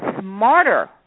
smarter